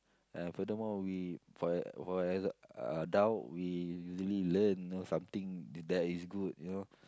uh furthermore we for for exa~ uh adult we really learn something that is good you know